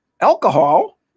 alcohol